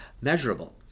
measurable